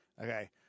Okay